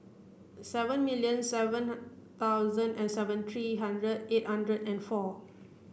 seven million seven thousand and seventy three hundred eight hundred and four